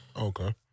Okay